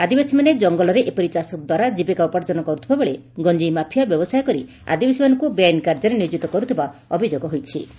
ଆଦିବାସୀମାନେ ଜଙ୍ଗଲରେ ଏପରି ଚାଷ ଦ୍ୱାରା ଜୀବିକା ଉପାର୍ଜନ କରୁଥିବା ବେଳେ ଗଞ୍ଚେଇ ମାଫିଆ ବ୍ୟବସାୟ କରି ଆଦିବାସୀମାନଙ୍କୁ ବେଆଇନ କାର୍ଯ୍ୟରେ ନିୟୋଜିତ କର୍ତଥବା ଅଭିଯୋଗ ହୋଇଥଲା